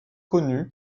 connue